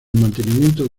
mantenimiento